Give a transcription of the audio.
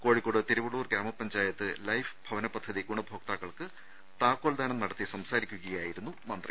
കോഴിക്കോട് തിരുവള്ളൂർ ഗ്രാമ പഞ്ചായത്ത് ലൈഫ് ഭവന പദ്ധതി ഗുണഭോക്താക്കൾക്ക് താക്കോൽദാനം നടത്തി സംസാരിക്കുകയായിരുന്നു മന്ത്രി